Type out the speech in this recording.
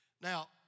Now